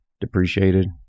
depreciated